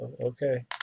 Okay